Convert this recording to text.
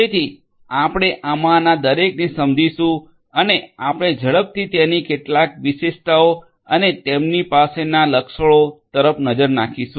તેથી આપણે આમાંના દરેકને સમજીશું અને આપણે ઝડપથી તેની કેટલાક વિશેષતાઓ અથવા તેમની પાસેના લક્ષણોઓ તરફ નજર નાખીશું